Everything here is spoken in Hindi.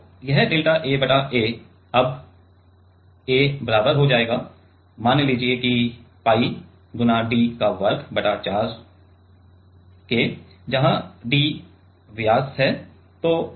तो यह डेल्टा A बटा A अब A बराबर हो जाएगा मान लीजिए कि पाई 𝜋 D वर्ग बटा 4 है जहां D व्यास है